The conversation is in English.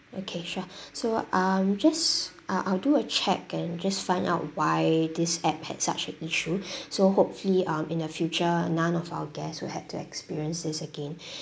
okay sure so uh I'm just uh I'll do a check and just find out why this app had such an issue so hopefully um in the future none of our guests will have to experience this again